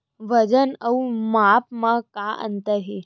वजन अउ माप म का अंतर हे?